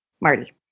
Marty